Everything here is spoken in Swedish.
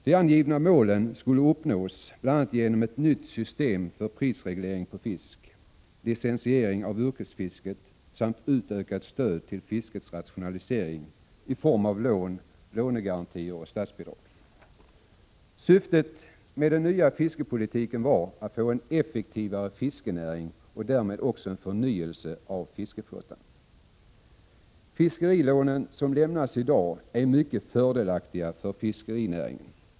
De angivna målen skulle uppnås bl.a. genom ett nytt system för prisreglering på fisk, licensiering av yrkesfisket samt utökat stöd till fiskets rationalisering i form av lån, lånegarantier och statsbidrag. Syftet med den nya fiskepolitiken var att få en effektivare fiskenäring och därmed en förnyelse av fiskeflottan. De fiskerilån som lämnas i dag är mycket fördelaktiga för fiskerinäringen.